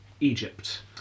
Egypt